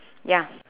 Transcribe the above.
ya